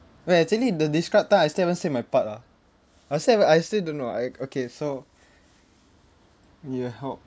eh actually the describe time I still haven't say my part ah I still haven't I still don't know I okay so ya how